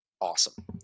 awesome